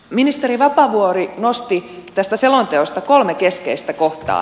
ministeri vapaavuori nosti tästä selonteosta kolme keskeistä kohtaa